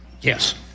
Yes